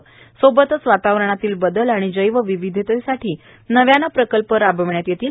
त्यासोबतच वातावरणातील बदल आणि जैवविविधतेसाठी नव्यानं प्रकल्प राबविण्यात येतील